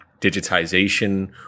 digitization